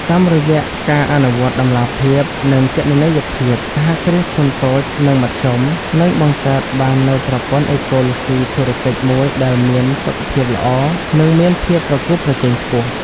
តាមរយៈការអនុវត្តតម្លាភាព និងគណនេយ្យភាព សហគ្រាសធុនតូច និងមធ្យម នឹងបង្កើតបាននូវប្រព័ន្ធអេកូឡូស៊ីធុរកិច្ចមួយដែលមានសុខភាពល្អ និងមានភាពប្រកួតប្រជែងខ្ពស់។